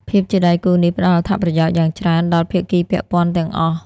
ភាពជាដៃគូនេះផ្តល់អត្ថប្រយោជន៍យ៉ាងច្រើនដល់ភាគីពាក់ព័ន្ធទាំងអស់។